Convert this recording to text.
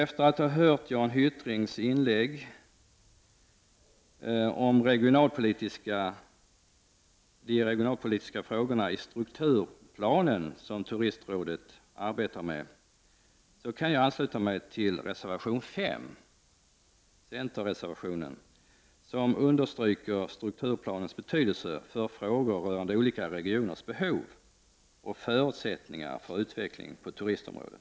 Efter att ha hört Jan Hyttrings inlägg om de regionalpolitiska frågorna i den strukturplan som Turistrådet arbetar med kan jag ansluta mig till centerreservationen nr 5, i vilken man understryker strukturplanens betydelse när det gäller frågor rörande olika regioners behov och förutsättningar för utveckling på turistområdet.